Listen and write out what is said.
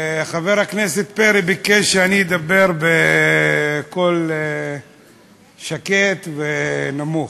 חבר הכנסת פרי ביקש שאני אדבר בקול שקט ונמוך.